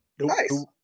Nice